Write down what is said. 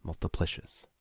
Multiplicious